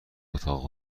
اتاق